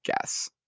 guess